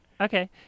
Okay